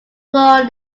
born